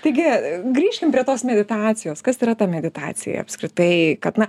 taigi grįžkim prie tos meditacijos kas yra ta meditacija apskritai kad na